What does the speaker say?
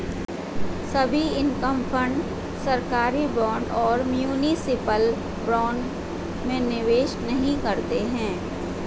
सभी income fund सरकारी bond और म्यूनिसिपल बॉन्ड में निवेश नहीं करते हैं